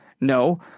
No